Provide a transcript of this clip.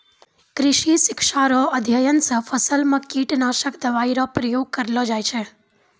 कृषि शिक्षा रो अध्ययन से फसल मे कीटनाशक दवाई रो प्रयोग करलो जाय छै